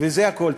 וזה הכול.